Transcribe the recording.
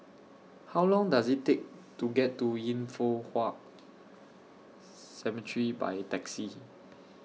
How Long Does IT Take to get to Yin Foh Cemetery By Taxi